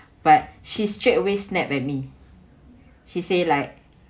but she straight away snap and me she say like